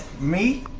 me.